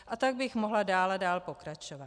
A tak bych mohla dál a dál pokračovat.